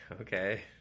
Okay